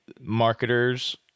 marketers